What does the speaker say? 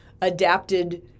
adapted